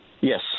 Yes